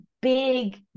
big